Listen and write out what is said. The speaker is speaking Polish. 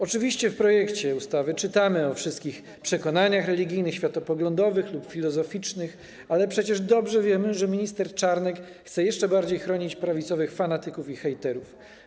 Oczywiście w projekcie ustawy czytamy o wszystkich przekonaniach religijnych, światopoglądowych lub filozoficznych, ale przecież dobrze wiemy, że minister Czarnek chce jeszcze bardziej chronić prawicowych fanatyków i hejterów.